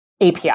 API